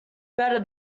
better